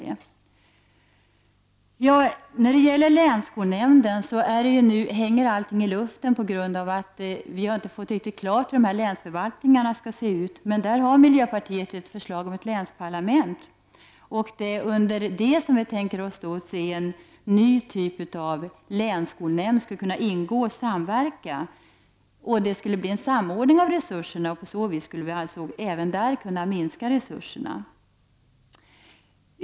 När det gäller länsskolnämnden hänger allt i luften på grund av att vi inte har fått klart för oss hur länsförvaltningarna skall se ut. Där har miljöpartiet ett förslag om länsparlament, under vilket en ny typ av länsskolnämnd skulle kunna ingå och verka. Det skulle bli en samordning av resurserna, och på så vis skulle resurserna även där kunna minska.